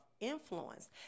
influence